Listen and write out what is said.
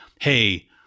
hey –